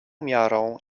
miarą